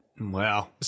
Wow